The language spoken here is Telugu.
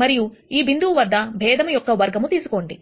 మరియ ఈ బిందువు వద్ద భేదము యొక్క వర్గము తీసుకోండి